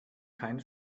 kein